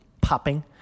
popping